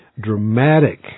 Dramatic